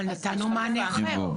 אבל נתנו מענה אחר,